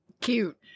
Cute